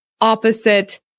opposite